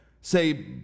say